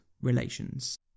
relations